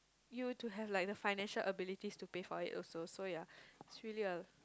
you will to have like the financial abilities to pay for it also so ya it's really a